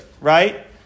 right